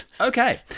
Okay